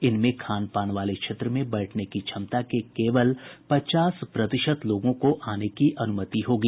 इनमें खान पान वाले क्षेत्र में बैठने की क्षमता के केवल पचास प्रतिशत लोगों को आने की अनुमति होगी